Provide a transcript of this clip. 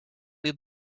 lead